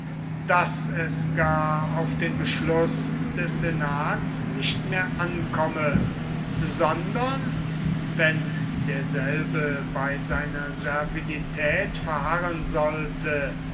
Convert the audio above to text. daß es gar auf den beschluß des senats nicht mehr ankomme sondern wenn derselbe bei seiner servilität verharren sollte